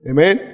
Amen